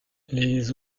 les